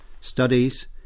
studies